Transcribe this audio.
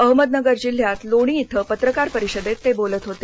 अहमदनगर जिल्ह्यात लोणी क्वें पत्रकार परिषदेत ते बोलत होते